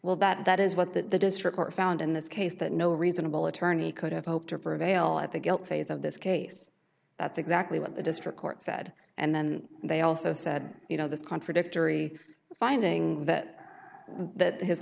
well that that is what that the district court found in this case that no reasonable attorney could have hoped to prevail at the guilt phase of this case that's exactly what the district court said and then they also said you know this contradictory finding that that h